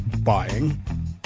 buying